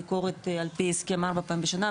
ביקרות על פי הסכם ארבע פעמים בשנה,